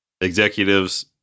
executives